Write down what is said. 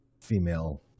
female